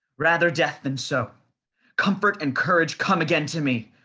rather death than so comfort and courage come again to me.